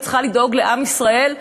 את צריכה לדאוג לעם ישראל,